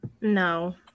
No